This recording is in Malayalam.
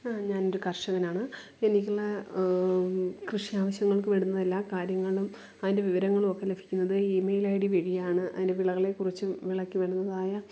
ഞാനൊരു കർഷകനാണ് എനിക്കുള്ള കൃഷി ആവശ്യങ്ങൾക്കു വരുന്ന എല്ലാ കാര്യങ്ങളും അതിൻ്റെ വിവരങ്ങളും ഒക്കെ ലഭിക്കുന്നത് ഇമെയിൽ ഐ ഡി വഴിയാണ് അതിനു വിളകളെ കുറിച്ചും വിളക്ക് വരുന്നതായ